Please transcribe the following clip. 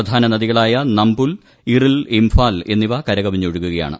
പ്രധാന നദികളായ നംബുൽ ഇറിൽ ഇംഫാൽ എന്നിവ കരകവിഞ്ഞൊഴുകുകയാണ്